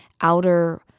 outer